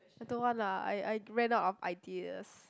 I don't want lah I I ran out of ideas